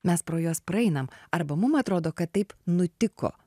mes pro juos praeinam arba mum atrodo kad taip nutiko